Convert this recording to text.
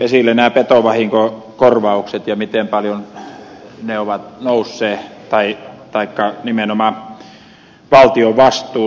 täällä tulivat esille petovahinkokorvaukset ja se miten paljon ne ovat nousseet taikka nimenomaan valtion vastuu